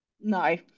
no